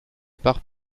part